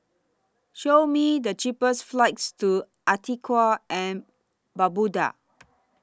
Show Me The cheapest flights to Antigua and Barbuda